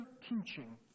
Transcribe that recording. teaching